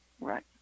right